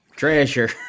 Treasure